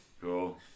Cool